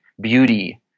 beauty